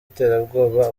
iterabwoba